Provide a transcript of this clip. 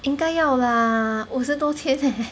应该要 lah 五十多千 leh